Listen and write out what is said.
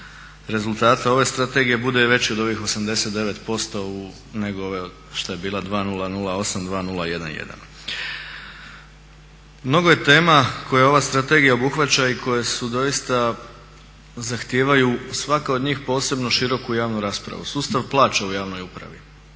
rezultata ove strategije bude veći od ovih 89% nego što je bila ova 2008.-2011. Mnogo je tema koje ova strategija obuhvaća i koje zahtijevaju svaka od njih posebno široku javnu raspravu, sustav plaća u javnoj upravi.